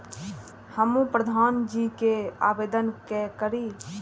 हमू प्रधान जी के आवेदन के करी?